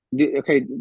okay